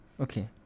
Okay